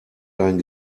dein